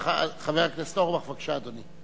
חבר הכנסת אורבך, בבקשה, אדוני.